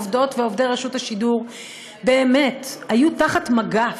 עובדות ועובדי רשות השידור באמת היו תחת מגף,